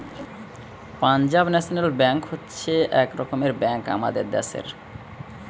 Punjab national হচ্ছে এক রকমের ব্যাঙ্ক আমাদের দ্যাশের